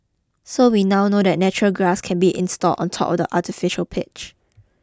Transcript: so we now know that natural grass can be installed on top of the artificial pitch